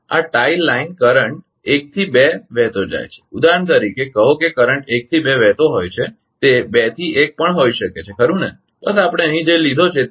આ tie line current એકથી બે વહેતો હોય છે ઉદાહરણ તરીકે કહો કે કરંટ 1 થી 2 વહેતો હોય છે તે બે થી એક પણ હોઈ શકે છે ખરુ ને બસ આપણે અહીં જે લીધો છે તે કરંટ છે